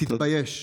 תתבייש.